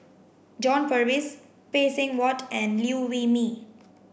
John Purvis Phay Seng Whatt and Liew Wee Mee